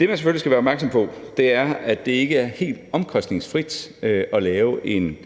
Det, man selvfølgelig skal være opmærksom på, er, at det ikke er helt omkostningsfrit at lave en